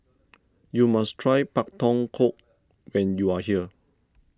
you must try Pak Thong Ko when you are here